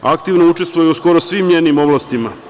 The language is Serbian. Aktivno učestvuje u skoro svim njenim oblastima.